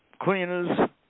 Cleaners